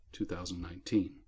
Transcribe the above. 2019